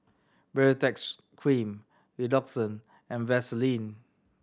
Baritex Cream Redoxon and Vaselin